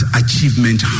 achievement